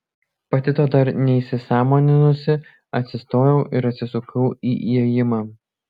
pati to dar neįsisąmoninusi atsistojau ir atsisukau į įėjimą